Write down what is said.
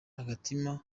agatima